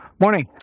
Morning